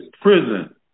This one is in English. prison